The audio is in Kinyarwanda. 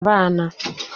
abana